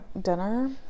dinner